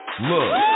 Look